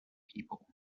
people